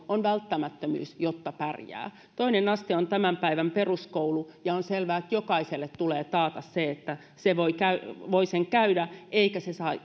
on välttämättömyys jotta pärjää toinen aste on tämän päivän peruskoulu ja on selvää että jokaiselle tulee taata se että voi sen käydä eikä se